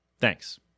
Thanks